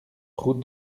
route